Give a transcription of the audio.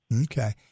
Okay